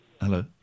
Hello